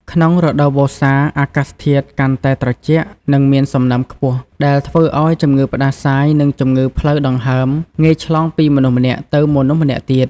ក្នុងរដូវវស្សា អាកាសធាតុកាន់តែត្រជាក់ និងមានសំណើមខ្ពស់ ដែលធ្វើឲ្យជំងឺផ្តាសាយនិងជំងឺផ្លូវដង្ហើមងាយឆ្លងពីមនុស្សម្នាក់ទៅមនុស្សម្នាក់ទៀត។